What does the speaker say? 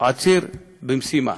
עציר במשימה.